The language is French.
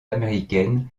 américaines